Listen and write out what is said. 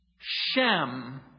shem